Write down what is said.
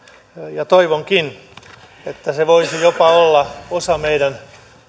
ja toivonkin että se voisi jopa olla osa meidän